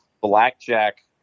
blackjack